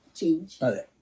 change